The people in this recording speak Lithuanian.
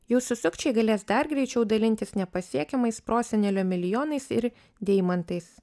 jūsų sukčiai galės dar greičiau dalintis nepasiekiamais prosenelio milijonais ir deimantais